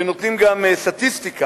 שנותנות גם סטטיסטיקה,